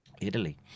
Italy